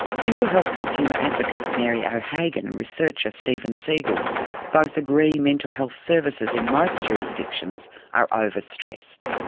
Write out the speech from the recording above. mental health consumer advocate mary o'hagan and researcher steven segal both agree mental health services in most jurisdictions are over-stressed.